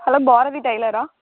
hello Bharathi டைலரா